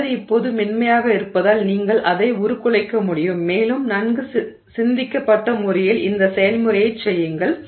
மாதிரி இப்போது மென்மையாக இருப்பதால் நீங்கள் அதை உருக்குலைக்க முடியும் மேலும் நன்கு சிந்திக்கப்பட்ட முறையில் இந்த செயல்முறையைச் செய்யுங்கள்